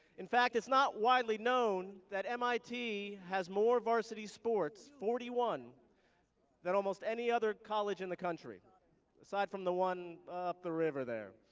in fact, it's not widely known that mit has more varsity sports forty one than almost any other college in the country aside from the one up the river there.